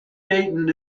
dayton